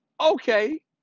okay